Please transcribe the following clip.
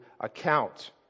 account